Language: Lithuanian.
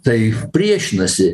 tai priešinasi